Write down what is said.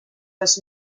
was